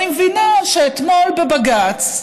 אני מבינה שאתמול בבג"ץ,